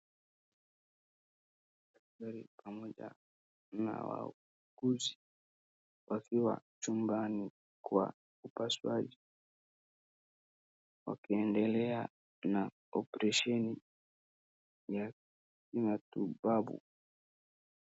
Daktari pamoja na wauguzi wakiwa chumbani kwa upasuaji, wakiendelea na operesheni ya kimatibabu.